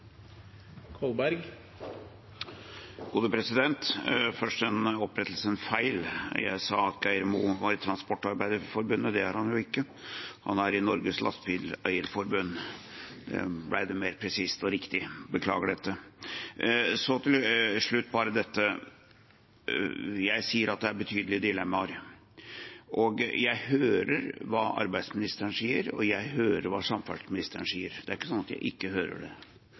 Først en opprettelse av en feil. Jeg sa at Geir Mo var i Transportarbeiderforbundet – det er han jo ikke, han er i Norges Lastebileier-Forbund. Nå ble det mer presist og riktig. Jeg beklager dette. Til slutt bare dette: Jeg sier at det er betydelige dilemmaer. Jeg hører hva arbeidsministeren sier, og jeg hører hva samferdselsministeren sier – det er